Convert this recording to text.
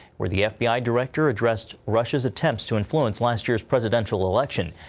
where the f b i. director addressed russia's attempts to influence last year presidential election.